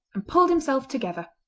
and pulled himself together,